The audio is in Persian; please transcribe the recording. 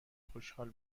خوشحال